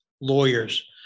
lawyers